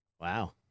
Wow